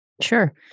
Sure